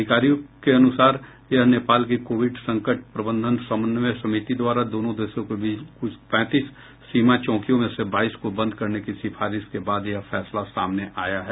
अधिकारियों के अनुसार यह नेपाल की कोविड संकट प्रबंधन समन्वय समिति द्वारा दोनों देशों के बीच कुल पैंतीस सीमा चौकियों में से बाईस को बंद करने की सिफारिश के बाद यह फैसला सामने आया है